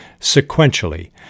sequentially